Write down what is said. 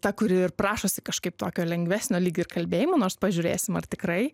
ta kuri ir prašosi kažkaip tokio lengvesnio lyg ir kalbėjimo nors pažiūrėsim ar tikrai